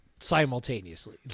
simultaneously